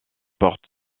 porte